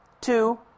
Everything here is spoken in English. Two